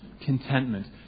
contentment